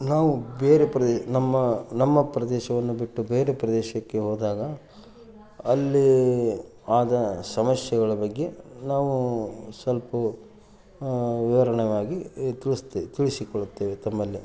ನಾವು ಬೇರೆ ಪ್ರದೇ ನಮ್ಮ ನಮ್ಮ ಪ್ರದೇಶವನ್ನು ಬಿಟ್ಟು ಬೇರೆ ಪ್ರದೇಶಕ್ಕೆ ಹೋದಾಗ ಅಲ್ಲಿ ಆದ ಸಮಸ್ಯೆಗಳ ಬಗ್ಗೆ ನಾವು ಸ್ವಲ್ಪ ವಿವರವಾಗಿ ತಿಳಿಸ್ತೆ ತಿಳಿಸಿಕೊಡುತ್ತೇವೆ ತಮ್ಮಲ್ಲಿ